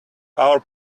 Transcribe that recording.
our